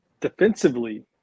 Defensively